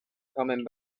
coming